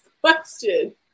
question